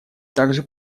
также